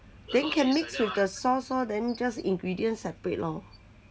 then can mix with the sauce orh then just ingredients separate lor